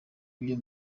ibyo